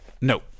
No